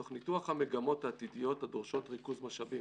תוך ניתוח המגמות העתידיות הדורשות ריכוז משאבים,